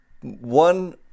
One